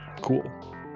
Cool